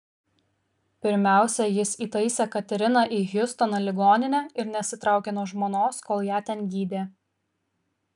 pirmiausia jis įtaisė kateriną į hjustono ligoninę ir nesitraukė nuo žmonos kol ją ten gydė